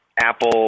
Apple